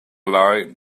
lie